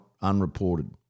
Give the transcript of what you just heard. unreported